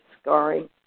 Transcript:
scarring